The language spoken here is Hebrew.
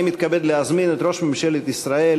אני מתכבד להזמין את ראש ממשלת ישראל